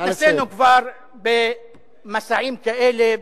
התנסינו כבר במסעים כאלה,